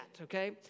okay